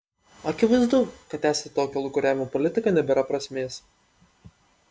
akivaizdu kad tęsti tokią lūkuriavimo politiką nebėra prasmės